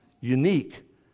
unique